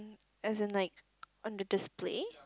as in like on the display